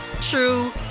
true